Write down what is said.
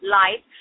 life